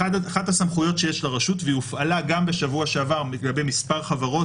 אחת הסמכויות שיש לרשות והיא הופעלה גם בשבוע שעבר לגבי מספר חברות